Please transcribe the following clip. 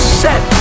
set